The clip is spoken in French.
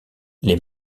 les